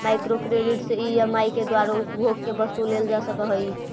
micro credit से EMI के द्वारा उपभोग के वस्तु लेल जा सकऽ हई